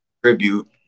Tribute